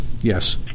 yes